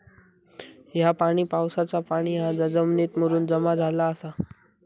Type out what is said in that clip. ह्या पाणी पावसाचा पाणी हा जा जमिनीत मुरून जमा झाला आसा